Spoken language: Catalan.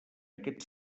aquest